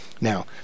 Now